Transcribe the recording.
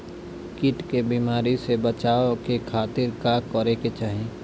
कीट के बीमारी से बचाव के खातिर का करे के चाही?